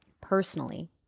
personally